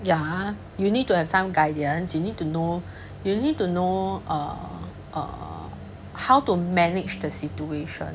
ya you need to have some guidance you need to know you need to know err err how to manage the situation